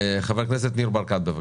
חבר הכנסת ניר ברקת, בבקשה.